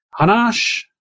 Hanash